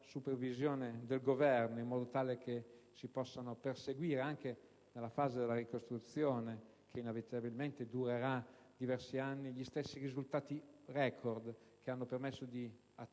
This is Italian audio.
supervisione del Governo, in modo tale che si possano perseguire anche nella fase della ricostruzione, che inevitabilmente durerà diversi anni, gli stessi risultati record che hanno permesso di attutire